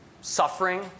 suffering